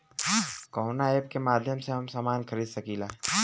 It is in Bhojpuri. कवना ऐपके माध्यम से हम समान खरीद सकीला?